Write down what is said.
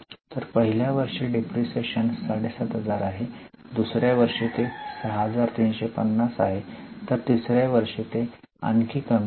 तर पहिल्या वर्षी डिप्रीशीएशन 7500 आहे दुसऱ्या वर्षी ते 6350 आहे तर तिसऱ्या वर्षी ते आणखी कमी येईल